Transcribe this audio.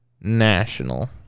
National